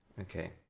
Okay